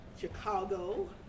Chicago